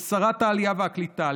לשרת העלייה והקליטה,